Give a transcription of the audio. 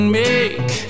make